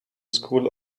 school